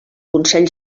consell